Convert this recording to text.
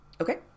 Okay